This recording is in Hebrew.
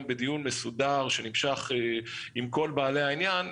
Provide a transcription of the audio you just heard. בדיון מסודר שנמשך עם כל בעלי העניין,